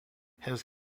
has